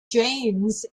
janes